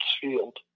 Field